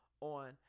on